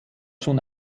schon